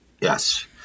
yes